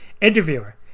interviewer